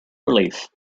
relief